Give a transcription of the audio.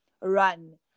run